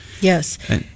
Yes